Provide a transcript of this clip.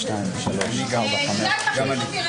שככל שתהיינה הפרעות חמורות באופן כזה,